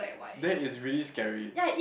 that is really scary